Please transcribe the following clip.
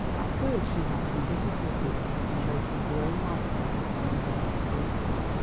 at first she had some difficulty in tracing her own likeness upon the glassy surface,